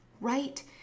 right